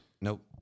Nope